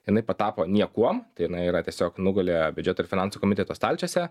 jinai patapo niekuom tai jinai yra tiesiog nugulė biudžeto ir finansų komiteto stalčiuose